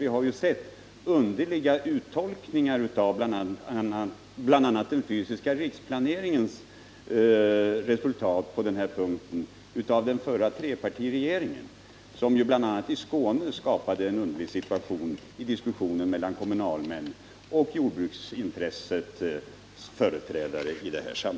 Vi har på denna punkt sett underliga resultat av den förra trepartiregeringens tolkningar av bl.a. den fysiska riksplaneringen, vilket t.ex. i Skåne skapat en märklig situation i diskussionen mellan kommunalmän och jordbruksintressets företrädare.